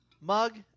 mug